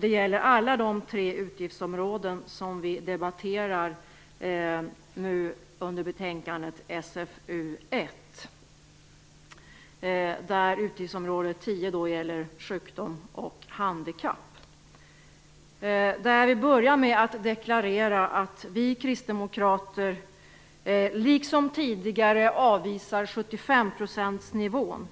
Det gäller på alla de tre utgiftsområden som vi nu debatterar under betänkandet Vi börjar där med att deklarera att vi kristdemokrater liksom tidigare avvisar 75-procentsnivån